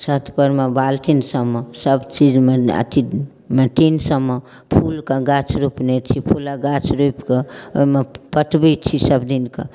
छतपरमे बाल्टीसबमे सबचीजमे अथीमे टिनसबमे फूलके गाछ रोपने छी फूलक गाछ रोपिकऽ ओहिमे पटबै छी सबदिनके